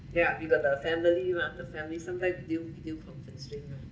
yeah we got the family lah the family sometime we video video conferencing lah